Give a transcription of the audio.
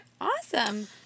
Awesome